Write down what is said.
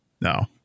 No